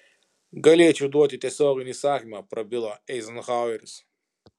galėčiau duoti tiesioginį įsakymą prabilo eizenhaueris